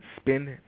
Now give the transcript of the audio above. Spend